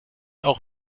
auch